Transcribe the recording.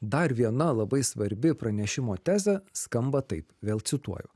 dar viena labai svarbi pranešimo tezė skamba taip vėl cituoju